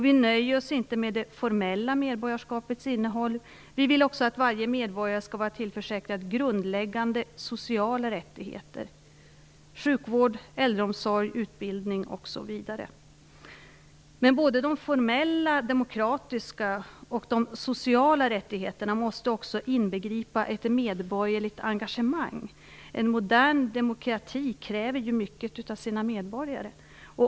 Vi nöjer oss inte med det formella medborgarskapets innehåll, vi vill också att varje medborgare skall vara tillförsäkrad grundläggande sociala rättigheter: sjukvård, äldreomsorg, utbildning osv. Men de formella, demokratiska och sociala rättigheterna måste också inbegripa ett medborgerligt engagemang. En modern demokrati kräver mycket av sina medborgare.